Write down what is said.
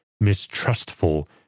mistrustful